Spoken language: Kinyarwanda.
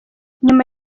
nyuma